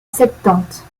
septante